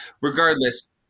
Regardless